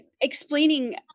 explaining